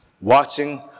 watching